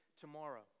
tomorrow